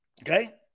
Okay